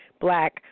Black